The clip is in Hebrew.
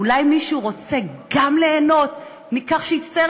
אולי מישהו רוצה גם ליהנות מכך שיצטייר